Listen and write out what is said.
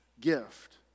gift